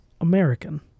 American